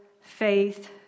faith